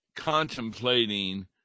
contemplating